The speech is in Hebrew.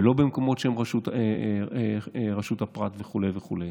ולא במקומות שהם רשות הפרט וכו' וכו'.